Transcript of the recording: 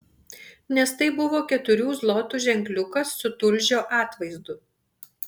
nes tai buvo keturių zlotų ženkliukas su tulžio atvaizdu